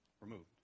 removed